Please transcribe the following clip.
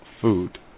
food